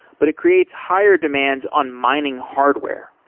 but it creates higher demands on mining hardware.